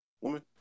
woman